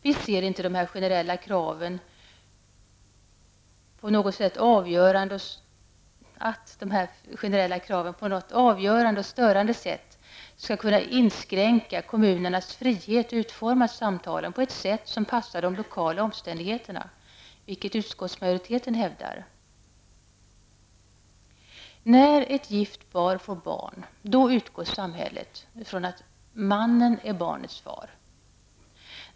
Vi ser inte att de här generella kraven på något avgörande och störande sätt skulle inskränka kommunernas frihet att utforma samtalen på ett sätt som passar de lokala omständigheterna, vilket utskottsmajoriteten hävdar. När ett gift par får barn utgår samhället från att den äkta mannen är barnets far.